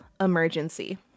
emergency